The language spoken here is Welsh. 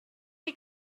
chi